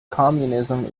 communism